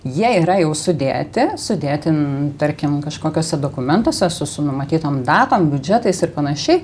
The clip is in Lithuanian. jie yra jau sudėti sudėti n tarkim kažkokiuose dokumentuose su numatytom datom biudžetais ir panašiai